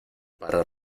para